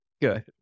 Good